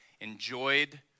enjoyed